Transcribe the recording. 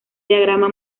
diagrama